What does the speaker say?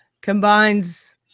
combines